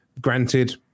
Granted